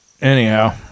anyhow